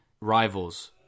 rivals